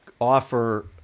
offer